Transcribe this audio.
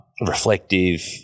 reflective